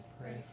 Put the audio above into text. pray